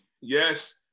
Yes